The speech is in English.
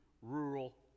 rural